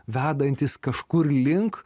vedantys kažkur link